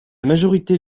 majorité